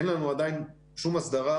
אין לנו עדיין שום הסדרה,